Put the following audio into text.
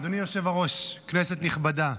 אדוני היושב-ראש, כנסת נכבדה,